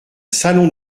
salon